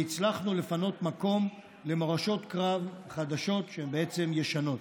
והצלחנו לפנות מקום למורשות קרב חדשות שהן בעצם ישנות.